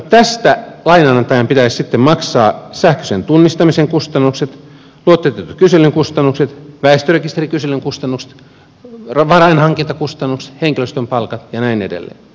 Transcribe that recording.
tästä lainanantajan pitäisi sitten maksaa sähköisen tunnistamisen kustannukset luottotietokyselyn kustannukset väestörekisterikyselyn kustannukset varainhankintakustannukset henkilöstön palkat ja niin edelleen